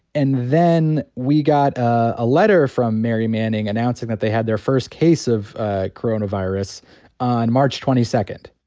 and then we got a letter from mary manning announcing that they had their first case of coronavirus on march twenty second.